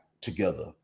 together